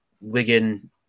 Wigan